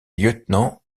lieutenant